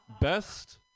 Best